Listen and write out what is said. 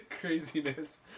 craziness